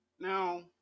Now